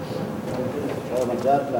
יעלה חבר הכנסת גאלב מג'אדלה,